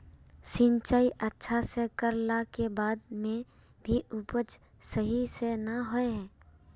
सिंचाई अच्छा से कर ला के बाद में भी उपज सही से ना होय?